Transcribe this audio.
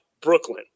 Brooklyn